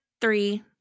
three